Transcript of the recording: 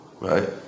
Right